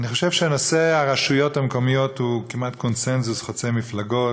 אני חושב שנושא הרשויות המקומיות הוא כמעט קונסנזוס חוצה מפלגות.